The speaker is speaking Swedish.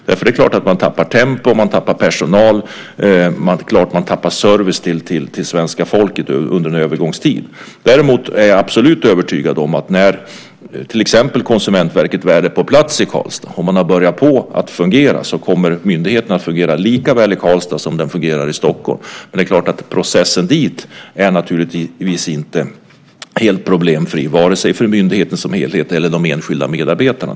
Man tappar naturligtvis tempo, man tappar personal och man tappar i service till svenska folket under en övergångstid. Däremot är jag absolut övertygad om att när Konsumentverket väl är på plats i Karlstad och har börjat fungera kommer myndigheten att fungera lika bra i Karlstad som den fungerar i Stockholm. Processen dit är naturligtvis inte helt problemfri, vare sig för myndigheten som helhet eller för de enskilda medarbetarna.